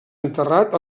enterrat